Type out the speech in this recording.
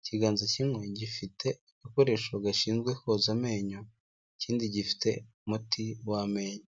ikiganza kimwe gifite agakoresho gashinzwe koza amenyo, ikindi gifite umuti w'amenyo.